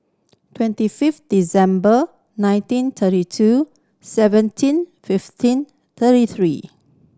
twenty fifth December nineteen thirty two seventeen fifteen thirty three